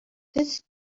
this